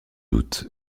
doute